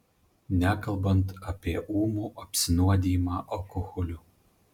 nekalbant apie ūmų apsinuodijimą alkoholiu